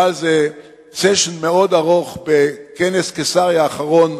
היה על זה session מאוד ארוך בכנס קיסריה האחרון,